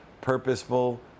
purposeful